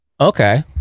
Okay